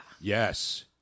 Yes